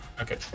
okay